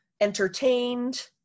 entertained